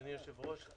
אדוני היושב-ראש.